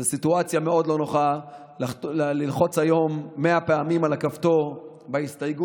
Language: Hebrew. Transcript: זו סיטואציה מאוד לא נוחה ללחוץ היום 100 פעמים על הכפתור בהסתייגויות,